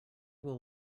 will